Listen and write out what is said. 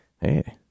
hey